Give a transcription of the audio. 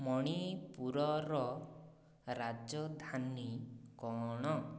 ମଣିପୁରର ରାଜଧାନୀ କ'ଣ